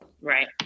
right